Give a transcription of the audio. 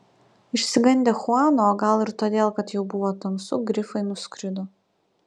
išsigandę chuano o gal ir todėl kad jau buvo tamsu grifai nuskrido